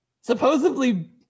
supposedly